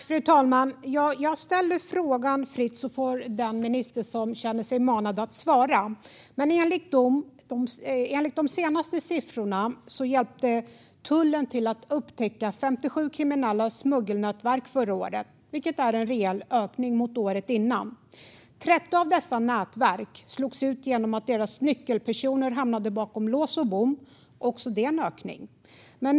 Fru talman! Jag ställer frågan fritt. Den minister som känner sig manad får svara. Enligt de senaste siffrorna hjälpte tullen förra året till att upptäcka 57 kriminella smuggelnätverk. Det är en rejäl ökning från året före. 13 av dessa nätverk slogs ut när deras nyckelpersoner hamnade bakom lås och bom. Också det var en ökning.